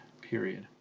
period